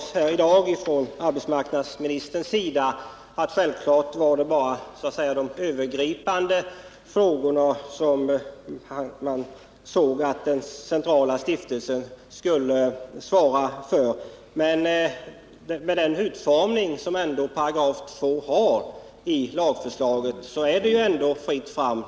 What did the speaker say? Arbetsmarknadsministern sade att den centrala stiftelsen självklart skall svara enbart för de övergripande frågorna. Men med den utformning som 2 § har fått i lagförslaget är det ändå fritt fram.